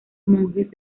monjes